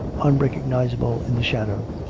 unrecognizable in the shadow.